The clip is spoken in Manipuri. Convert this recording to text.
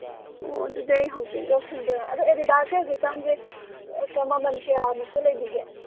ꯑꯣ ꯑꯗꯨꯗꯤ ꯑꯩ ꯍꯧꯖꯤꯛ ꯌꯧꯁꯟꯖꯔꯛꯑꯒꯦ ꯑꯗꯣ ꯑꯦꯗꯤꯗꯥꯁꯁꯤ ꯍꯧꯖꯤꯛꯀꯥꯟꯁꯦ ꯃꯃꯂ ꯀꯌꯥꯃꯨꯛꯇ ꯂꯩꯕꯤꯒꯦ